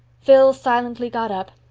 phil silently got up,